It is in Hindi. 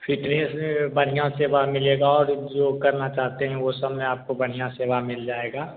फिटनेस बढ़िया सेवा मिलेगी और जो करना चाहते हैं वह सब में आपको बढ़िया सेवा मिल जाएगा